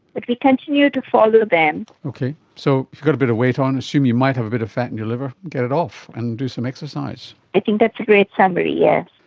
but we continue to follow them. okay, so if you've got a bit of weight on, assume you might have a bit of fat in your liver, get it off and do some exercise. i think that's a great summary, yes.